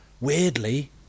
weirdly